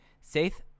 safe